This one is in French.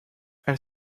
elle